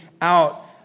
out